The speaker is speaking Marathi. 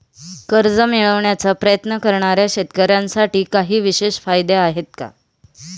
कर्ज मिळवण्याचा प्रयत्न करणाऱ्या शेतकऱ्यांसाठी काही विशेष फायदे आहेत का?